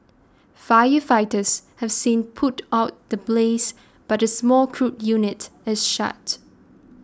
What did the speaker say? firefighters have since put out the blaze but the small crude unit is shut